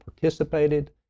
participated